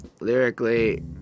lyrically